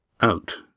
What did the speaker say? out